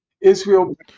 Israel